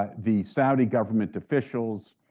ah the saudi government officials,